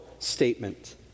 statement